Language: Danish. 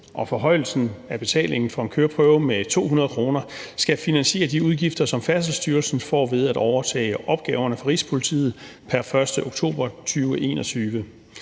og forhøjelsen af betalingen for en køreprøve med 200 kr. skal finansiere de udgifter, som Færdselsstyrelsen får ved at overtage opgaverne fra Rigspolitiet pr. 1. oktober 2021.